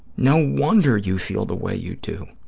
no wonder you feel the way you do.